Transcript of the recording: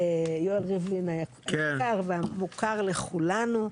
יואל ריבלין היקר והמוכר לכולנו,